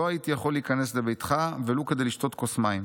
לא הייתי יכול להיכנס לביתך ולו כדי לשתות כוס מים.